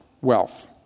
wealth